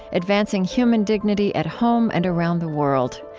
advancing human dignity at home and around the world.